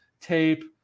tape